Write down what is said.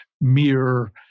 mere